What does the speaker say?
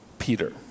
Peter